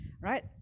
right